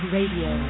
Radio